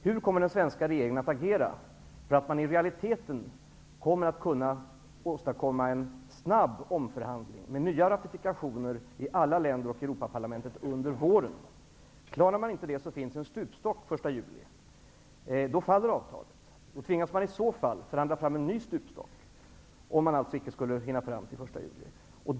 Hur kommer den svenska regeringen att agera för att man i realiteten skall kunna åstadkomma en snabb omförhandling med nya ratifikationer i alla länder och i Europaparlamentet under våren? Klarar man inte det, finns det en stupstock den 1 juli. Då faller avtalet. Om man icke skulle hinna fram till den 1 juli, tvingas man förhandla fram en ny stupstock.